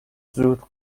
زود